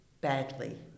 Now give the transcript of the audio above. badly